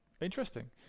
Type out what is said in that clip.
interesting